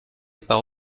par